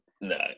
No